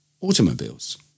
Automobiles